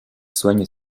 soigne